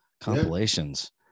compilations